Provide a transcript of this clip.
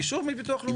אישור מביטוח לאומי.